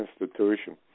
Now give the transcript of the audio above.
institution